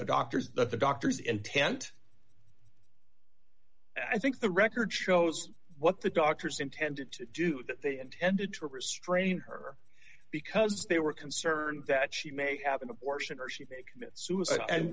the doctors that the doctors intent i think the record shows what the doctors intended to do that they intended to restrain her because they were concerned that she may have an abortion or she think commit suicide and